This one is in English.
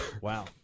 Wow